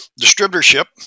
distributorship